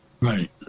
right